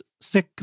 sick